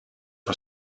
for